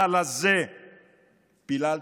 הלזה פיללתם?